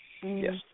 Yes